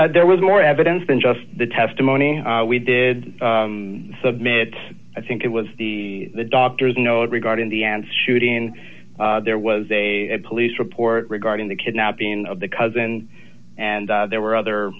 that there was more evidence than just the testimony we did submit i think it was the doctor's note regarding the and shooting there was a police report regarding the kidnapping of the cousin and there were other